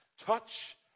Touch